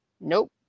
Nope